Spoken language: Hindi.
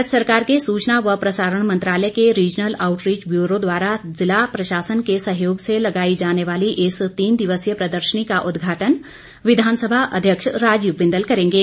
भारत सरकार के सूचना व प्रसारण मंत्रालय के रिजनल आउटरीच ब्यूरो द्वारा जिला प्रशासन के सहयोग से लगाई जाने वाली इस तीन दिवसीय प्रदर्शनी का उदघाटन विघानसभा अध्यक्ष राजीव बिंदल करेंगे